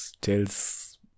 tells